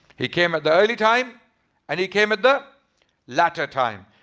he came at the early time and he came at the latter time.